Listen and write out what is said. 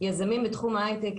יזמים בתחום ההייטק.